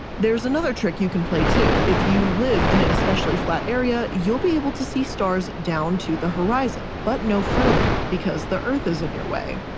there's another trick you can play too if you live in an especially flat area, you'll be able to see stars down to the horizon. but no further, because the earth is in your way.